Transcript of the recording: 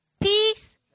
Peace